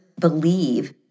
believe